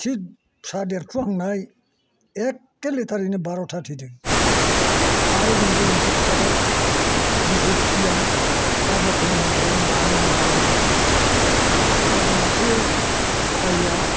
थिग फिसा देरफुहांनाय एकेलेथारैनो बार'था थैदों आरो बेनिफ्राय मोनसे खोथाबाव मोसौ फिसियो आं दा बरथ'मान मोसौ मानै दं आंहा बिमा फिसा दा मासे गाइया